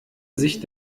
sich